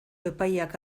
epaiak